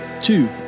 Two